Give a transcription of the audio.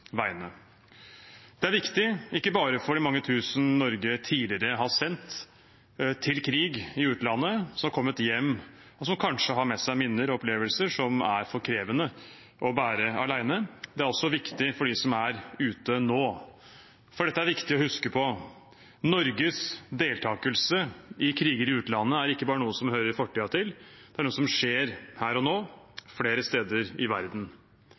Det er viktig, ikke bare for de mange tusen som Norge tidligere har sendt til krig i utlandet, og som har kommet hjem og kanskje har med seg minner og opplevelser som er for krevende å bære alene, det er også viktig for dem som er ute nå. For dette er viktig å huske på: Norges deltakelse i kriger i utlandet er ikke bare noe som hører fortiden til, det er noe som skjer her og nå flere steder i verden.